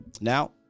now